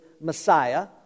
Messiah